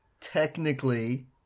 technically